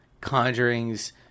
conjurings